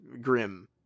grim